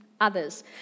others